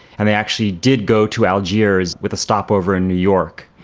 and they actually did go to algiers with a stopover in new york.